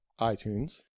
iTunes